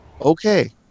Okay